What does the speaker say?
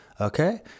Okay